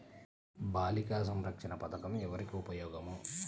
బాలిక సంరక్షణ పథకం ఎవరికి ఉపయోగము?